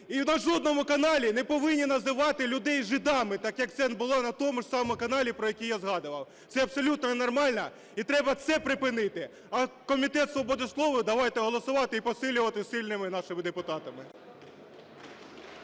і на жодному каналі не повинні називати людей жидами, так, як це було на тому ж самому каналі, про який я згадував. Це абсолютно ненормально, і треба це припинити. А Комітет свободи слово давайте голосувати і посилювати сильними нашими депутатами.